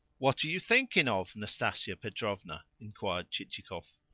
what are you thinking of, nastasia petrovna? inquired chichikov.